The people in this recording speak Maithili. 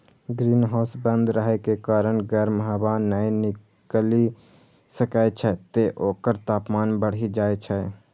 ग्रीनहाउस बंद रहै के कारण गर्म हवा नै निकलि सकै छै, तें ओकर तापमान बढ़ि जाइ छै